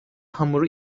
hamuru